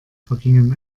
vergingen